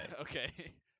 Okay